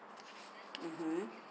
mmhmm